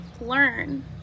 learn